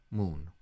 Moon